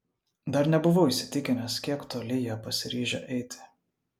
dar nebuvau įsitikinęs kiek toli jie pasiryžę eiti